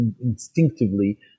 instinctively